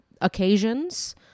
occasions